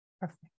Perfect